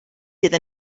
iddyn